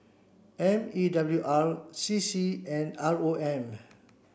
M E W R C C and R O M